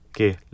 Okay